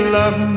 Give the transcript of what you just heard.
love